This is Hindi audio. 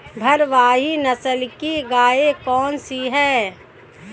भारवाही नस्ल की गायें कौन सी हैं?